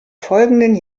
folgenden